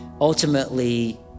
ultimately